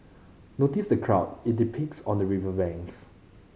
notice the crowd it depicts on the river banks